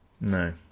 no